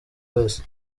wese